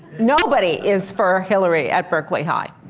nobody is for hillary at berkeley high.